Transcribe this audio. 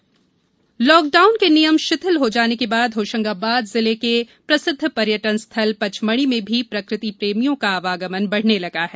Pachmarhi lockdown के नियम शिथिल हो जाने के बाद होशंगाबाद जिले के प्रसिद्व पर्यटन स्थल पचमढ़ी में भी प्रकृति प्रेमियों का आवागमन बढ़ने लगा है